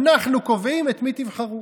אנחנו קובעים את מי תבחרו.